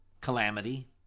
calamity